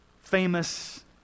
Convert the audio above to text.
famous